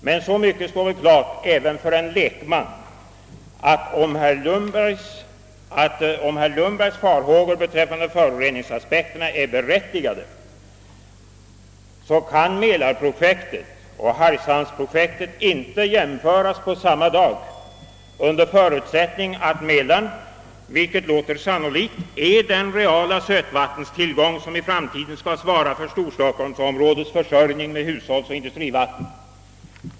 Men så mycket står väl klart även för en lekman att om herr Lundbergs farhågor beträffande föroreningsriskerna är berättigade så kan mälarprojektet och hargshamnsprojektet inte jämställas, under förutsättning att Mälaren — vilket låter sannolikt — är den reella sötvattentillgång som i framtiden skall svara för storstockholmsområdets försörjning med hushållsoch industrivatten.